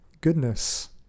goodness